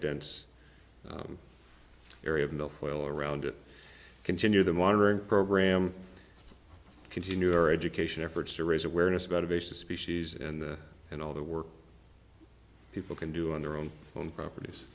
dense area of milfoil around it continue the monitoring program continue our education efforts to raise awareness about a vicious species and and all the work people can do on their own own properties